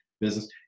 business